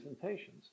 presentations